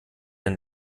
denn